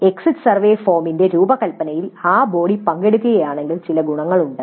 exit survey ഫോമിന്റെ രൂപകൽപ്പനയിൽ ആ ബോഡി പങ്കെടുക്കുകയാണെങ്കിൽ ചില ഗുണങ്ങളുണ്ട്